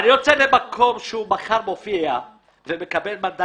אני מקווה שבזמן שיצאתי,